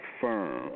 Firm